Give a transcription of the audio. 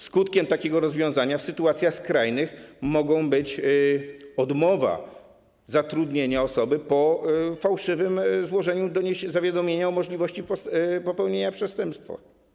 Skutkiem takiego rozwiązania w sytuacjach skrajnych może być odmowa zatrudnienia osoby po fałszywym złożeniu zawiadomienia o możliwości popełnienia przestępstwa.